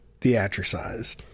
theatricized